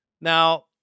Now